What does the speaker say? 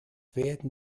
werden